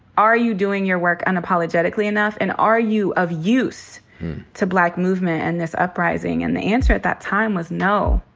are you doing your work unapologetically enough? and are you of use to black movement and this uprising? and the answer at that time was no.